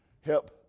help